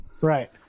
Right